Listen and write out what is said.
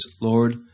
Lord